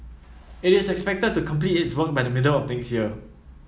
it is expected to complete its work by the middle of next year